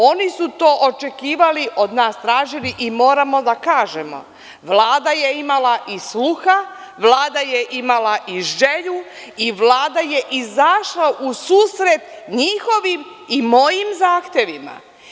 Oni su to očekivali, od nas tražili i moramo da kažemo, Vlada je imala i sluha, Vlada je imala i želju i Vlada je izašla u susret njihovim i mojim zahtevima.